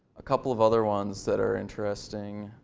a couple of other ones that are interesting.